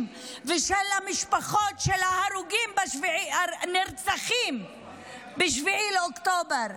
ושל המשפחות של הנרצחים ב-7 באוקטובר,